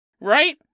right